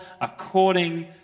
according